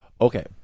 Okay